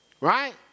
Right